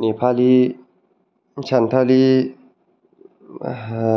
नेपालि सान्थालि आहा